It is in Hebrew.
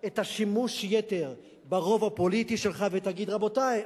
את שימוש היתר ברוב הפוליטי שלך ותגיד: רבותי,